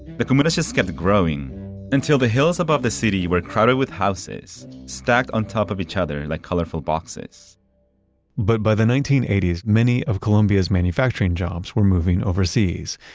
the comunas just kept growing until the hills above city were crowded with houses stacked on top of each other like colorful boxes but by the nineteen eighty s, many of colombia's manufacturing jobs were moving overseas.